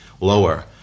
lower